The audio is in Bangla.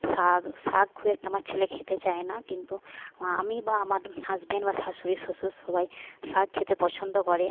শাক শাক খুব একটা আমার ছেলে খেতে চায় না কিন্তু আমি বা আমার হাজব্যান্ড বা শাশুড়ি শ্বশুর সবাই শাক খেতে পছন্দ করে